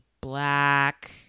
black